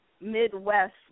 Midwest